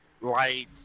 lights